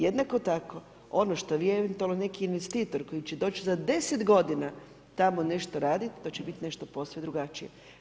Jednako tako ono što eventualno neki investitor koji će doći za 10 godina tamo nešto raditi, to će biti nešto posve drugačije.